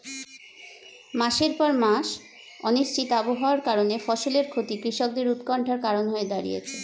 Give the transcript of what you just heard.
মাসের পর মাস অনিশ্চিত আবহাওয়ার কারণে ফসলের ক্ষতি কৃষকদের উৎকন্ঠার কারণ হয়ে দাঁড়িয়েছে